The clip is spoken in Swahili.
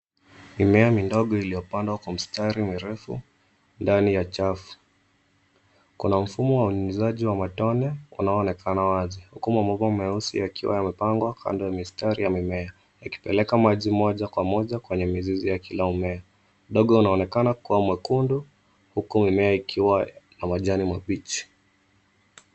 Mimea midogo iliyopandwa kwa mstari mirefu, ndani ya chafu. Kuna mfumo wa unyunyuzaji wa matone, unaonekana wazi. Huku mabomba meusi yakiwa yamepangwa kando ya mistari ya mimea, yakipeleka maji moja kwa moja kwenye mizizi ya kila mmea. Udongo unaonekana kuwa mwekundu, huku mimea ikiwa ya majani mabichi.